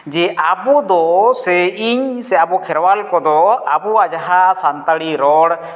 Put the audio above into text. ᱡᱮ ᱟᱵᱚ ᱫᱚ ᱥᱮ ᱤᱧ ᱥᱮ ᱟᱵᱚ ᱠᱷᱮᱨᱣᱟᱞ ᱠᱚᱫᱚ ᱟᱵᱚᱣᱟᱜ ᱡᱟᱦᱟᱸ ᱥᱟᱱᱛᱟᱲᱤ ᱨᱚᱲ